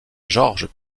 georges